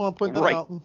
Right